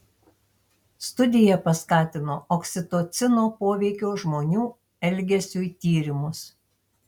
studija paskatino oksitocino poveikio žmonių elgesiui tyrimus